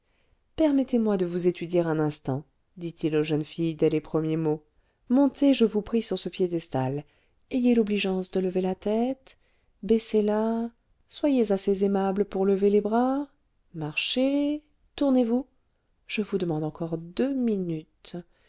permettez-moi de vous étudier un instant dit-il aux jeunes filles dès les premiers mots montez je vous prie sur ce piédestal ayez l'obligeance de lever la tête baissez la soyez assez aimables pour lever les bras marchez tournez-vous je vous demande encore deux minutes